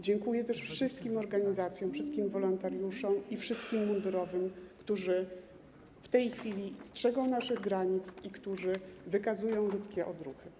Dziękuję też wszystkim organizacjom, wszystkim wolontariuszom i wszystkim mundurowym, którzy w tej chwili strzegą naszych granic i którzy wykazują ludzkie odruchy.